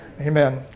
Amen